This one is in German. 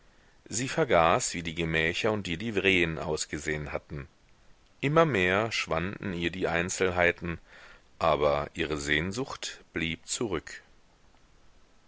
sie vergaß wie die gemächer und die livreen ausgesehen hatten immer mehr schwanden ihr die einzelheiten aber ihre sehnsucht blieb zurück